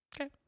Okay